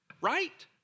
right